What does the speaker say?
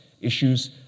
issues